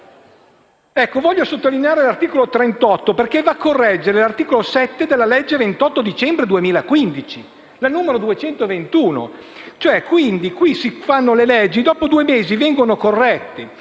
40 e 41. E sottolineo l'articolo 38, perché va a correggere l'articolo 7 della legge 28 dicembre 2015, la n. 221. Quindi, qui si fanno le leggi e dopo due mesi vengono corrette.